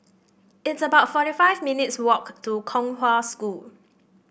it's about forty five minutes' walk to Kong Hwa School